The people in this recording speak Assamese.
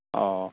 অঁ